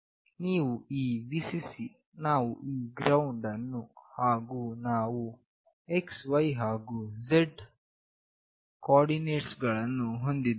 ನೀವು ಈ Vcc ನಾವು ಈ GND ಅನ್ನು ಹಾಗು ನಾವು xy ಹಾಗು z ಕೋಆರ್ಡಿನೇಟ್ ಗಳನ್ನು ಹೊಂದಿದ್ದೇವೆ